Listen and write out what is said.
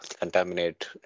contaminate